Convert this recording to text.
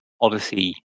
Odyssey